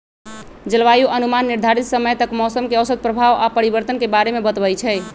जलवायु अनुमान निर्धारित समय तक मौसम के औसत प्रभाव आऽ परिवर्तन के बारे में बतबइ छइ